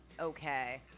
Okay